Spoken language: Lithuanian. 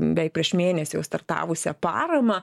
beveik prieš mėnesį jau startavusią paramą